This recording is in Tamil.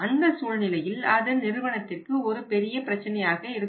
அந்த சூழ்நிலையில் அது நிறுவனத்திற்கு ஒரு பெரிய பிரச்சினையாக இருக்கும்